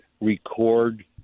record